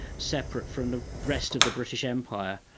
separate from the rest of the british empire,